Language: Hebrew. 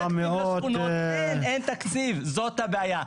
אין, אין תקציב, זו הבעיה.